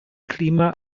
klima